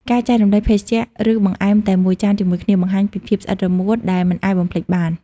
ការចែករំលែកភេសជ្ជៈ ឬបង្អែមតែមួយចានជាមួយគ្នា បង្ហាញពីភាពស្អិតរមួតដែលមិនអាចបំបែកបាន។